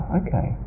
okay